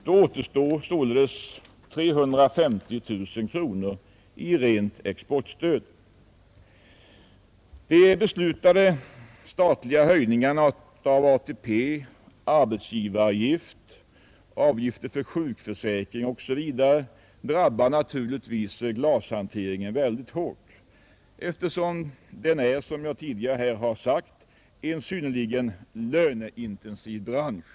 Då återstår 350 000 kronor i rent exportstöd. De beslutade höjningarna av ATP, arbetsgivaravgiften, avgifter för sjukförsäkring osv. drabbar naturligtvis glashanteringen hårt eftersom den, vilket jag tidigare här påpekat, är en synnerligen löneintensiv bransch.